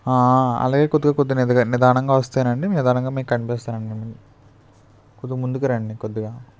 అలాగే కొద్ది కొద్దిగా నిదానంగా వస్తేనండి నిదానంగా మీకు కనిపిస్తానండి కొద్దిగా ముందుకు రండి కొద్దిగా